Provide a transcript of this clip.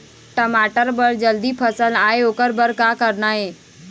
टमाटर म जल्दी फल आय ओकर बर का करना ये?